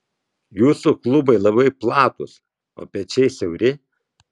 jūsų klubai labai platūs o pečiai siauri